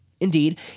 Indeed